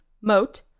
Moat